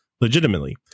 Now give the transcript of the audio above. legitimately